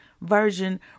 version